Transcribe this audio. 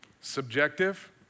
Subjective